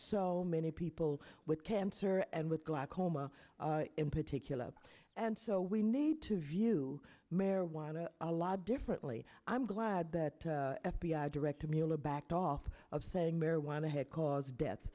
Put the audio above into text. so many people with cancer and with black homa in particular and so we need to view marijuana a lot differently i'm glad that f b i director mueller backed off of saying marijuana had caused death